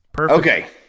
Okay